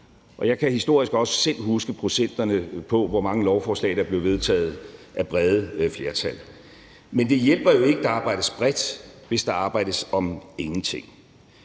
Jeg kan historisk også selv huske procenterne på, hvor mange lovforslag der blev vedtaget af brede flertal, men det hjælper jo ikke, at der arbejdes bredt, hvis der arbejdes om ingenting.